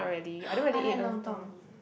I like lontong